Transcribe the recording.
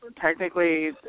technically